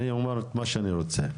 אני אומר את מה שאני רוצה,